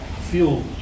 fuel